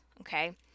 Okay